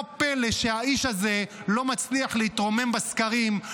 לא פלא שהאיש הזה לא מצליח להתרומם בסקרים.